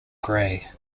gray